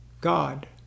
God